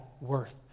worth